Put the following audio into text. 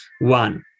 one